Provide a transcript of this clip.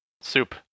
Soup